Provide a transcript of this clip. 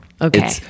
Okay